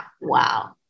Wow